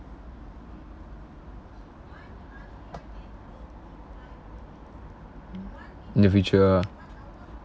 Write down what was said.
individual ah